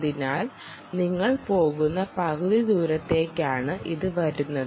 അതിനാൽ നിങ്ങൾ പോകുന്ന പകുതി ദൂരത്തേക്കാണ് അത് വരുന്നത്